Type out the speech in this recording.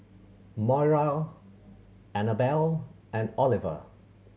Moira Annabel and Oliver